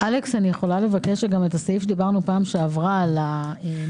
אני רוצה לבקש שגם הסעיף שדיברנו עליו בישיבה הקודמת על דיווח-יתר,